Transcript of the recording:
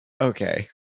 Okay